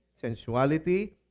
sensuality